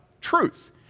truth